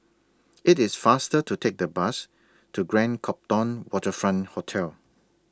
IT IS faster to Take The Bus to Grand Copthorne Waterfront Hotel